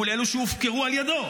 מול אלו שהופקרו על ידו,